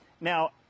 Now